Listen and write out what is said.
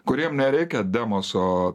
kuriem nereikia demoso